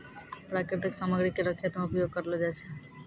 प्राकृतिक सामग्री केरो खेत मे उपयोग करलो जाय छै